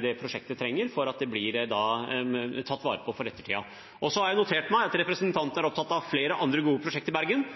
det prosjektet trenger for at det blir tatt vare på for ettertiden. Så har jeg notert meg at representanten er opptatt av flere andre gode prosjekter i Bergen.